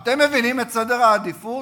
אתם מבינים את סדר העדיפות?